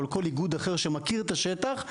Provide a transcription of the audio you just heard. או לכל איגוד אחר שמכיר את השטח,